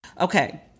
Okay